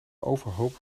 overhoop